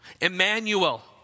Emmanuel